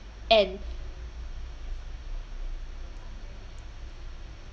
and